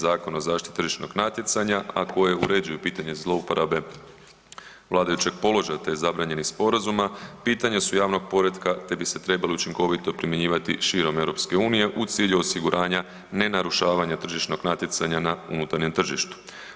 Zakona o zaštiti tržišnog natjecanja a koje uređuju pitanje zlouporabe vladajućeg položaja te zabranjenih sporazuma, pitanja su javnog poretka te bi se trebali učinkovito primjenjivati širom EU-a u cilju osiguranja nenarušavanja tržišnog natjecanja na unutarnjem tržištu.